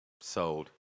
Sold